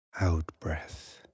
out-breath